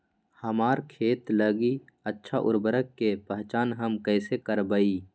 हमार खेत लागी अच्छा उर्वरक के पहचान हम कैसे करवाई?